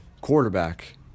quarterback